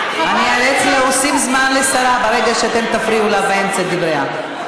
אני איאלץ להוסיף זמן לשרה ברגע שאתם תפריעו לה באמצע דבריה.